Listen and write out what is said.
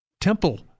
temple